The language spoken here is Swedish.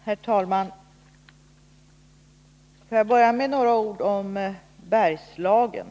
Herr talman! Jag vill börja med några ord om Bergslagen.